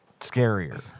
scarier